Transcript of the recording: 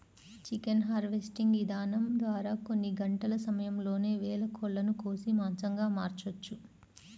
chicken harvesting ఇదానం ద్వారా కొన్ని గంటల సమయంలోనే వేల కోళ్ళను కోసి మాంసంగా మార్చొచ్చు